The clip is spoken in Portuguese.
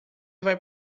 vai